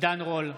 עידן רול,